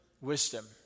wisdom